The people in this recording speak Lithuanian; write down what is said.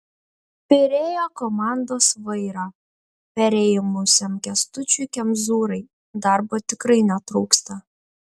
pirėjo komandos vairą perėmusiam kęstučiui kemzūrai darbo tikrai netrūksta